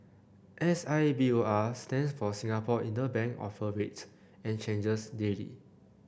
S I B O R stands for Singapore Interbank Offer Rate and changes daily